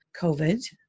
COVID